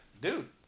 Dude